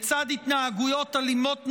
לצד התנהגויות אלימות נוספות,